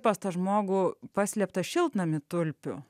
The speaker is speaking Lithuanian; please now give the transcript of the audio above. pas tą žmogų paslėptą šiltnamį tulpių